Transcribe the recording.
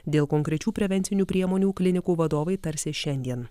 dėl konkrečių prevencinių priemonių klinikų vadovai tarsis šiandien